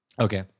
Okay